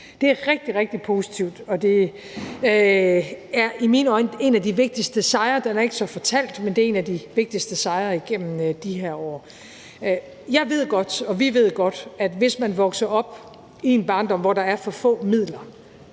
Det er rigtig, rigtig positivt, og det er i mine øjne en af de vigtigste sejre, den er ikke fortalt så meget, men det er en af de vigtigste sejre igennem de her år. Jeg ved godt, og vi ved godt, at hvis man vokser op i en barndom, hvor der er for få midler,